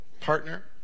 partner